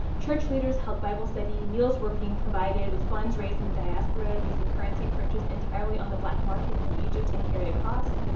church leaders held bible study, meals were being provided with funds raised in the diaspora using currency purchased entirely on the black market in egypt and carried across,